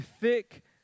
thick